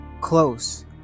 close